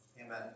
amen